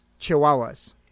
chihuahuas